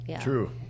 True